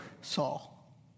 Saul